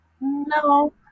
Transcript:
No